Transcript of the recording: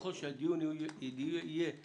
וככל שהדיון יהיה ענייני,